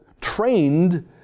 trained